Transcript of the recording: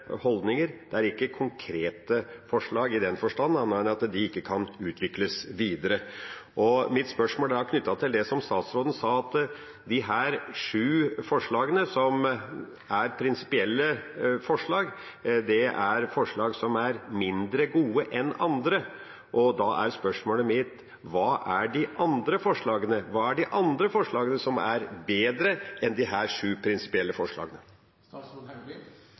holdninger. Det er ikke konkrete forslag i den forstand, annet enn at de ikke kan utvikles videre. Mitt spørsmål er knyttet til det som statsråden sa, at disse sju forslagene, som er prinsipielle forslag til vedtak, er forslag som er mindre gode enn andre. Da er spørsmålet mitt: Hvilke er de andre forslagene, som er bedre enn disse sju prinsipielle